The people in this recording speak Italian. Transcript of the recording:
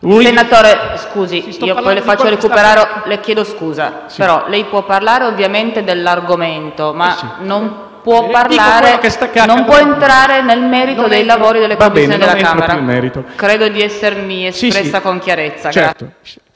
senatore, poi le farò recuperare il tempo. Lei può parlare ovviamente dell'argomento, ma non può entrare nel merito dei lavori delle Commissioni della Camera. Credo di essermi espressa con chiarezza.